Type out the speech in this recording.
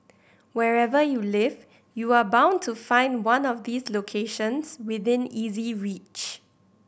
wherever you live you are bound to find one of these locations within easy reach